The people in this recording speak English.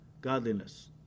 godliness